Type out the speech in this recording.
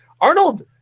Arnold